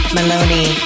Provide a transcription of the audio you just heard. Maloney